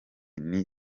nti